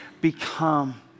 become